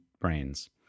Brains